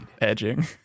Edging